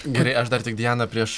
gerai aš dar tik diana prieš